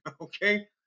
okay